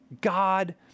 God